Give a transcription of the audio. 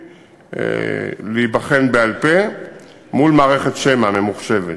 להיבחן בעל-פה מול מערכת שמע ממוחשבת.